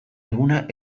eguna